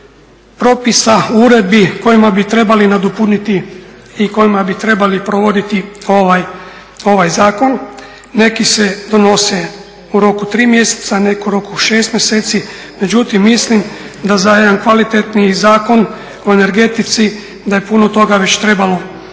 propisa, uredbi kojima bi trebali nadopuniti i kojima bi trebali provoditi ovaj zakon. Neki se donose u roku 3 mjeseca, a neki u roku 6 mjeseci. Međutim, mislim da za jedan kvalitetniji Zakon o energetici da je puno toga već trebalo